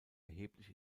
erheblich